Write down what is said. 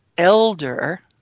elder